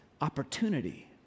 opportunity